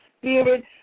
spirit